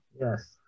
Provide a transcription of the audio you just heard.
Yes